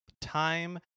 time